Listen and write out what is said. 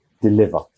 deliver